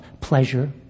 pleasure